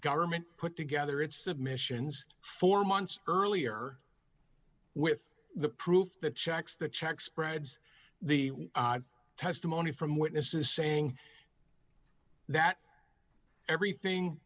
government put together its submissions four months earlier with the proof the checks the check spreads the testimony from witnesses saying that everything